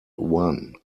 one